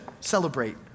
celebrate